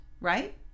right